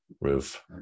roof